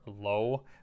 low